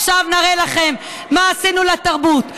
עכשיו נראה לכם מה עשינו לתרבות.